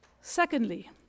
Secondly